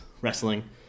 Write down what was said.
wrestling